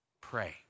Pray